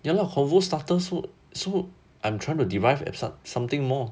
ya lah convo starters so so I'm trying to derive something more